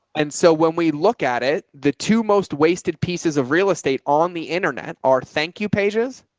and so when we look at it, the two most wasted pieces of real estate on the internet, our thank you pages